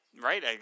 Right